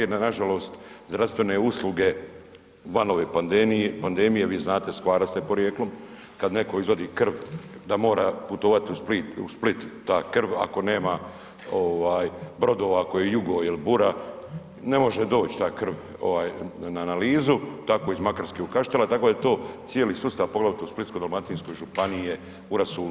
No nažalost, zdravstvene usluge van ove pandemije, vi znate, s Hvara ste porijeklom, kad neko izvadi krv da mora putovat u Split, u Split ta krv ako nema ovaj brodova ako je jugo il bura ne može doć ta krv ovaj na analizu, tako iz Makarske u Kaštela, tako da je to cijeli sustav, poglavito u Splitsko-dalmatinskoj županiji je u rasulu.